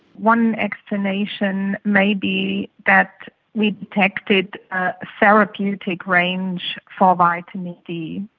one explanation may be that we tested a therapeutic range for vitamin d.